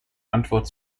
antwort